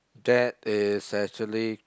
that is actually